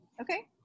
Okay